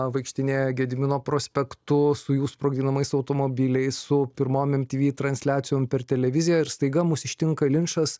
vaikštinėja gedimino prospektu su jų sprogdinimais automobiliais su pirmom mtv transliacijom per televiziją ir staiga mus ištinka linčas